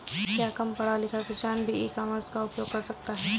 क्या कम पढ़ा लिखा किसान भी ई कॉमर्स का उपयोग कर सकता है?